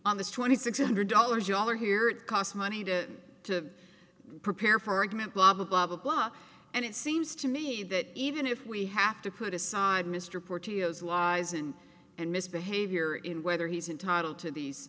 thousand six hundred dollars you all are here it costs money to prepare for argument blah blah blah blah blah and it seems to me that even if we have to put aside mr portillo's lies and and misbehavior in whether he's entitled to these